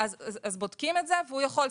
אז בודקים את זה והוא יכול,